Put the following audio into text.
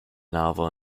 novel